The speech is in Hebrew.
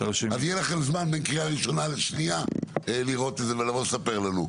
אז בין קריאה ראשונה לשנייה יהיה לכם זמן לראות את זה ולבוא לספר לנו.